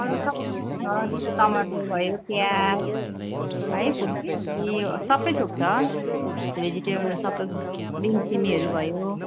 अरू सबै छ यस्तो टमाटर भयो प्याज है फुलकोपी सबै थोक छ भेजिटेबलमा सबै हुन्छ बिन सिमीहरू भयो